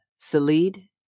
Salid